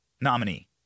nominee